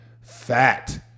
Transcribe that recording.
fat